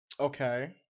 Okay